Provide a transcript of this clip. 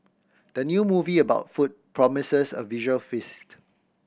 the new movie about food promises a visual feast